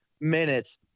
minutes